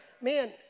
man